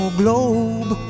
globe